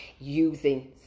using